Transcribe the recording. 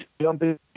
jumping